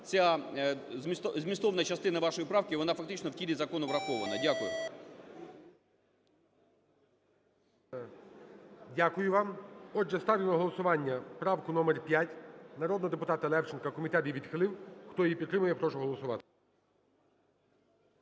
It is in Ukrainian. ця змістовна частина вашої правки, вона фактично в тілі закону врахована. Дякую. ГОЛОВУЮЧИЙ. Дякую вам. Отже, ставлю на голосування правку номер 5 народного депутата Левченка. Комітет її відхилив. Хто її підтримує, прошу голосувати.